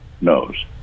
knows